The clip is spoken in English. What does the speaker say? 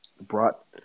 brought